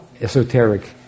esoteric